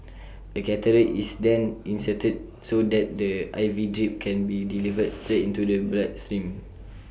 A catheter is then inserted so that the IV drip can be delivered straight into the blood stream